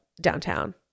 downtown